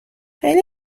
خیلی